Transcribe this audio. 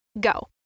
Go